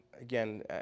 again